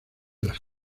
las